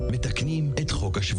אינסוף תוכניות שמהשרד מקדם,